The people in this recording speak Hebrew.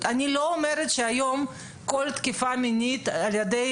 אני לא אומרת שהיום כל תקיפה מינית על ידי